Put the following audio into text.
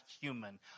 human